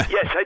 Yes